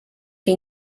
que